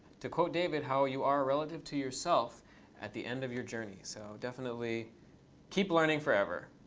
to quote david, how you are relative to yourself at the end of your journey. so definitely keep learning forever.